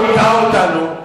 הוא הטעה אותנו.